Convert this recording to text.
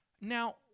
now